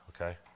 Okay